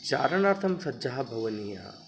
चारणार्थं सज्जः भवनीयः